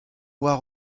war